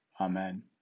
Amen